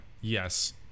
Yes